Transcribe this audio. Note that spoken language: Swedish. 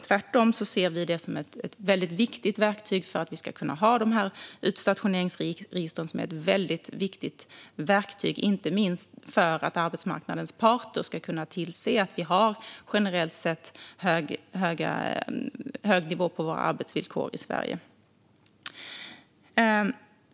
Tvärtom ser vi den som viktig för att vi ska kunna ha de utstationeringsregister som är ett väldigt viktigt verktyg inte minst för att arbetsmarknadens parter ska kunna tillse att vi har generellt sett hög nivå på våra arbetsvillkor i Sverige.